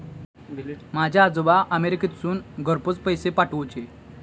माझे आजोबा अमेरिकेतसून घरपोच पैसे पाठवूचे